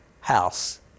house